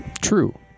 True